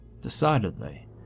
Decidedly